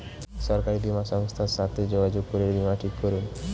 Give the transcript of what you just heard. সরকারি বীমা সংস্থার সাথে যোগাযোগ করে বীমা ঠিক করুন